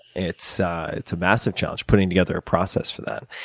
it's it's a massive challenge, putting together a process for that.